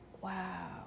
wow